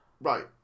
Right